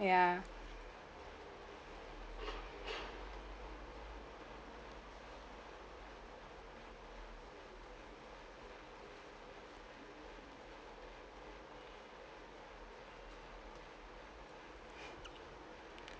ya